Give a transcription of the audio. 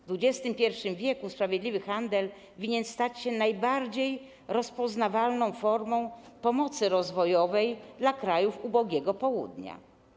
W XXI w. sprawiedliwy handel winien stać się najbardziej rozpoznawalną formą pomocy rozwojowej dla krajów ubogiego południa.